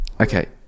Okay